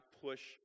push